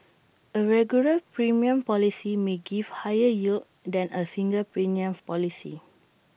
A regular premium policy may give higher yield than A single premium policy